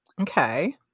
Okay